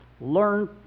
Learn